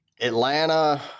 Atlanta